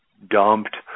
dumped